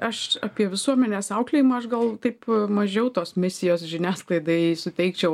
aš apie visuomenės auklėjimą aš gal taip mažiau tos misijos žiniasklaidai suteikčiau